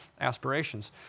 aspirations